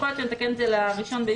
יכול להיות שנתקן את זה ל-1 ביולי,